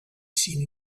seen